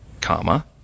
comma